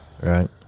Right